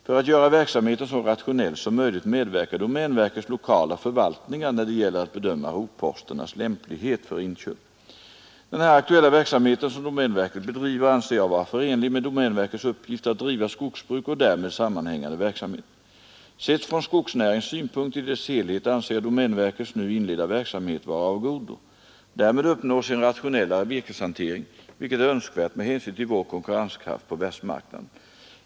För att göra verksamheten så rationell som möjligt medverkar domänverkets lokala förvaltningar när det gäller att bedöma rotposternas lämplighet för inköp. Den här aktuella verksamheten som domänverket bedriver anser jag vara förenlig med domänverkets uppgift att driva skogsbruk och därmed sammanhängande verksamhet. Sett från skogsnäringens synpunkt i dess helhet anser jag domänverkets nu inledda verksamhet vara av godo. Därmed uppnås en rationellare virkeshantering, vilket är önskvärt med hänsyn till vår konkurrenskraft på världsmarknaden.